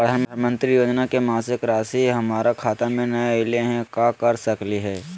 प्रधानमंत्री योजना के मासिक रासि हमरा खाता में नई आइलई हई, का कर सकली हई?